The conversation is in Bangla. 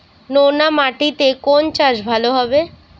নোনা মাটিতে কোন চাষ ভালো হবে?